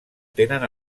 tenen